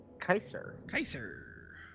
Kaiser